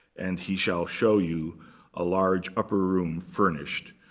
and he shall show you a large upper room furnished.